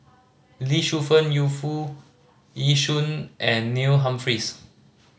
Lee Shu Fen Yu Foo Yee Shoon and Neil Humphreys